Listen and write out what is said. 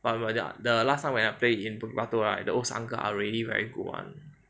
but when the the last time when I play in bukit batok right the old uncle are really very good [one]